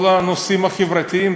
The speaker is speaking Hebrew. כל הנושאים החברתיים.